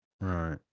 Right